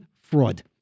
fraud